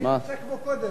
אני מציע כמו קודם: